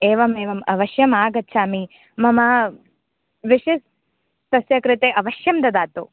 एवम् एवम् अवश्यम् आगच्छामि मम विशस् तस्य कृते अवश्यं ददातु